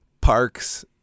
parks